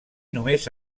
només